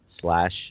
slash